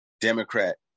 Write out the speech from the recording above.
Democrat